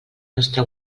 nostre